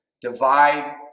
divide